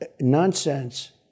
nonsense